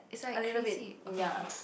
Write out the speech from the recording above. a little bit ya